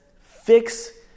fix